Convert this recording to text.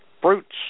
fruits